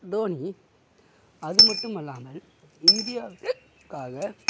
தோனி அது மட்டும் அல்லாமல் இந்தியா வுக்காக